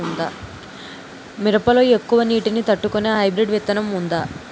మిరప లో ఎక్కువ నీటి ని తట్టుకునే హైబ్రిడ్ విత్తనం వుందా?